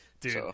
Dude